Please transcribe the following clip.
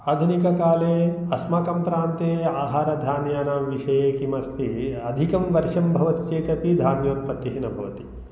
आधुनिककाले अस्माकं प्रान्ते आहारधान्यानां विषये किमस्ति अधिकं वर्षं भवति चेत् अपि धान्योत्पत्तिः न भवति